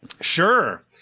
sure